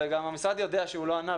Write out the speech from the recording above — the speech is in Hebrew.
וגם המשרד יודע שהוא לא ענה,